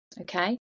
okay